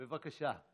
בבקשה.